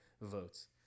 votes